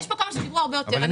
יש פה כמה שדיברו הרבה יותר.